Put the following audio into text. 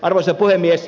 arvoisa puhemies